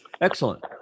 Excellent